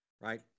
right